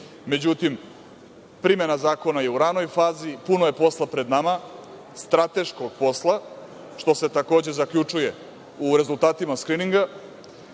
Međutim, primena zakona je u ranoj fazi. Puno je posla pred nama, strateškog posla, što se takođe zaključuje u rezultatima skrininga,